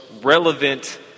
relevant